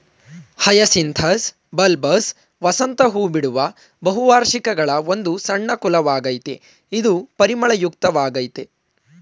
hyacinthus bulbous ವಸಂತ ಹೂಬಿಡುವ ಬಹುವಾರ್ಷಿಕಗಳ ಒಂದು ಸಣ್ಣ ಕುಲವಾಗಯ್ತೆ ಇದು ಪರಿಮಳಯುಕ್ತ ವಾಗಯ್ತೆ